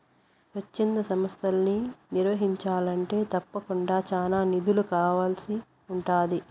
స్వచ్ఛంద సంస్తలని నిర్వహించాలంటే తప్పకుండా చానా నిధులు కావాల్సి ఉంటాది